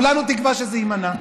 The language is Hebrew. כולנו תקווה שזה יימנע,